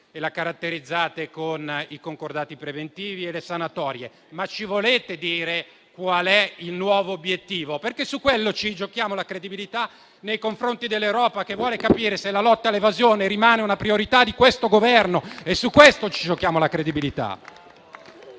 la delega fiscale con i concordati preventivi e le sanatorie, ma ci volete dire qual è il nuovo obiettivo? Su quello, infatti, ci giochiamo la credibilità nei confronti dell'Europa, che vuole capire se la lotta all'evasione rimane una priorità di questo Governo. È su questo che ci giochiamo la credibilità.